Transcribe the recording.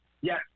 Yes